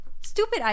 Stupid